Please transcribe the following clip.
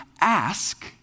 ask